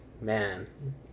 Man